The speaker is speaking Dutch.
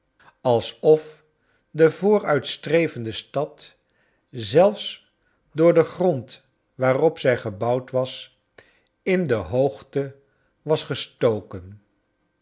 alsof de vooruitstrevende stad zelfs door den grond waarop zrj gebouwd was in de hoogte was gestoken